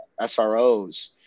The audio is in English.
SROs